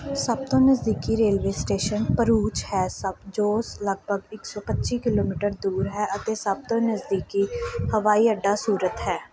ਸਭ ਤੋਂ ਨਜ਼ਦੀਕੀ ਰੇਲਵੇ ਸਟੇਸ਼ਨ ਭਰੂਚ ਹੈ ਸ ਜੋ ਲਗਭਗ ਇੱਕ ਸੌ ਪੱਚੀ ਕਿਲੋਮੀਟਰ ਦੂਰ ਹੈ ਅਤੇ ਸਭ ਤੋਂ ਨਜ਼ਦੀਕੀ ਹਵਾਈ ਅੱਡਾ ਸੂਰਤ ਹੈ